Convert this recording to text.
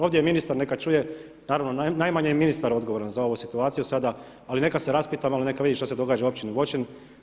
Ovdje je ministar, neka čuje, naravno najmanje je ministar odgovoran za ovu situaciju sada, ali neka se raspita neka malo vidi šta se događa u Općini Voćin.